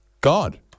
God